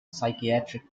psychiatric